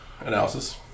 analysis